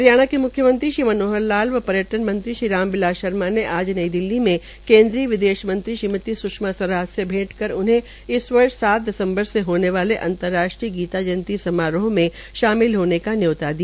हरियाणा के म्ख्यमंत्री श्री मनोहर लाल व पर्यटन मंत्री श्री राम बिलास शर्मा ने आज नई दिल्ली में केन्द्रीय विदेश मंत्री श्रीमती स्षमा स्वरात से भेंट कर उन्हें इस वर्ष सात दिसम्बर से होने वाले अंतर्राष्ट्रीय गीता जयंती समारोह में शामिल होने का न्यौता दिया